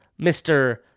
Mr